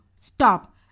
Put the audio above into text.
stop